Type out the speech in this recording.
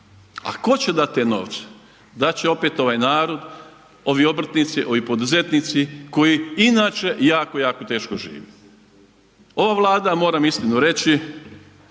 A ko će dati te novce? Dat će opet ovaj narod, ovi obrtnici, ovi poduzetnici koji inače jako, jako teško žive. Ova Vlada moram iskreno reći